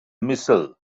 missile